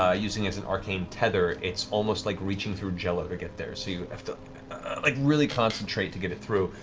ah using it as an arcane tether it's almost like reaching through jello to get there, so you have to like really concentrate to get it through.